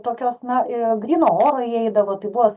tokios na į gryno oro įeidavo tai buvos